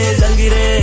zangire